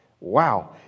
Wow